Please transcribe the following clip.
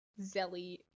Zelly